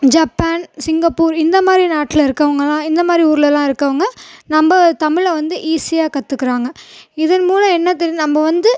Japan Singapore இந்தமாதிரி நாட்டில் இருக்கவங்கலாம் இந்தமாதிரி ஊரில் எல்லாம் இருக்கவங்க நம்ம தமிழில் வந்து ஈசியாக கற்றுக்குறாங்க இதன் மூலம் என்ன தெரியுது நம்ம வந்து